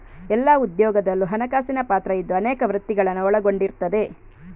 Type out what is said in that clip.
ಎಲ್ಲಾ ಉದ್ಯೋಗದಲ್ಲೂ ಹಣಕಾಸಿನ ಪಾತ್ರ ಇದ್ದು ಅನೇಕ ವೃತ್ತಿಗಳನ್ನ ಒಳಗೊಂಡಿರ್ತದೆ